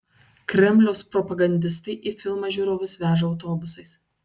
kremliaus propagandistai į filmą žiūrovus veža autobusais